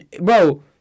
Bro